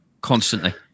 Constantly